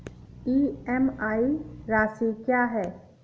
EMI राशि क्या है?